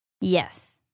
Yes